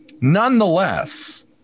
Nonetheless